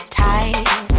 tight